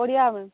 Odia ma'am